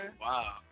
wow